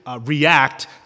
react